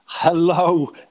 Hello